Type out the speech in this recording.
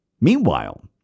Meanwhile